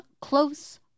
close